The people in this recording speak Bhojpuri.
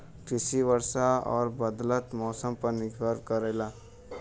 कृषि वर्षा और बदलत मौसम पर निर्भर करेला